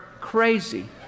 crazy